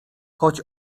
choć